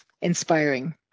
inspiring